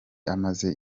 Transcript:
amaze